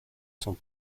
sont